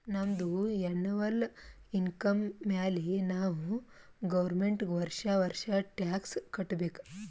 ನಮ್ದು ಎನ್ನವಲ್ ಇನ್ಕಮ್ ಮ್ಯಾಲೆ ನಾವ್ ಗೌರ್ಮೆಂಟ್ಗ್ ವರ್ಷಾ ವರ್ಷಾ ಟ್ಯಾಕ್ಸ್ ಕಟ್ಟಬೇಕ್